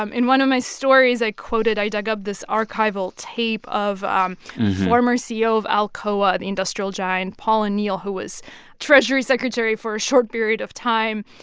um in one of my stories, i quoted i dug up this archival tape of um former ceo of alcoa, the industrial giant, paul o'neill, who was treasury secretary for a short period of time.